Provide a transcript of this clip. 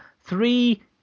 three